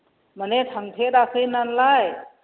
माने थांफेराखै नालाय